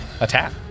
attack